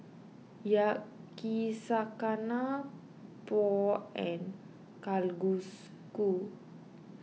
Yakizakana Pho and Kalguksu